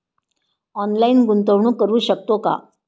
Online गुंतवणूक करू शकतो का?